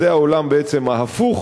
בעצם, זה העולם ההפוך